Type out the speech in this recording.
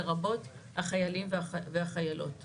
לרבות החיילים והחיילות.